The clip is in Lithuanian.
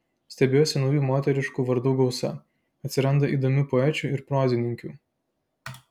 stebiuosi naujų moteriškų vardų gausa atsiranda įdomių poečių ir prozininkių